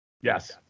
Yes